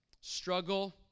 struggle